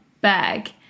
bag